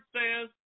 says